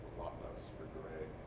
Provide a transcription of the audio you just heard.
less for gray